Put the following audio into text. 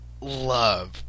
love